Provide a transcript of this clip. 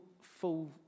full